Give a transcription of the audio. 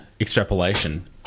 extrapolation